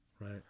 Right